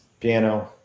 piano